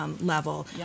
level